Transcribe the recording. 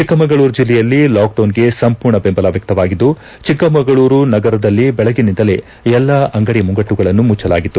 ಚಿಕ್ಕಮಗಳೂರು ಜಿಲ್ಲೆಯಲ್ಲಿ ಲಾಕ್ ಡೌನ್ಗೆ ಸಂಪೂರ್ಣ ಬೆಂಬಲ ವ್ಯಕ್ತವಾಗಿದ್ದು ಚಿಕ್ಕಮಗಳೂರು ನಗರದಲ್ಲಿ ಬೆಳಗಿನಿಂದಲೇ ಎಲ್ಲಾ ಅಂಗಡಿ ಮುಂಗಟ್ಟುಗಳನ್ನು ಮುಚ್ಚಲಾಗಿತ್ತು